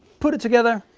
put it together.